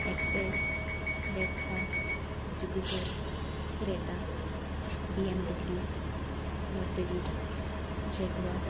access Vespa jupiter Creta BMW Mercedes jaguar